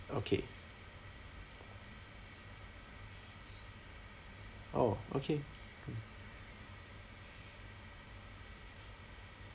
okay orh okay